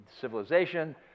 civilization